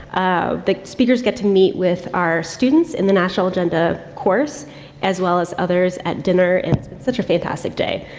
ah, the speakers get to meet with our students in the national agenda course as well as others at dinner. and it's been such a fantastic day.